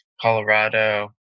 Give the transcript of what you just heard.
Colorado